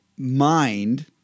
mind